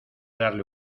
darle